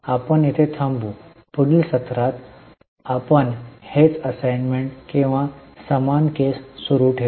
आपण येथे थांबू पुढील सत्रात आपण हेच असाईनमेंट किंवा समान केस सुरू ठेवू